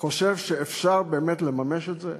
חושב שאפשר באמת לממש את זה?